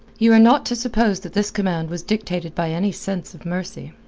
you are not to suppose that this command was dictated by any sense of mercy.